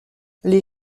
les